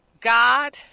God